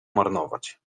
marnować